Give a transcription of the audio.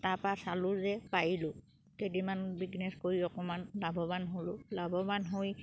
তাপা চালোঁ যে পাৰিলোঁ কেইদিনমান বিজনেছ কৰি অকমান লাভৱান হ'লোঁ লাভৱান হৈ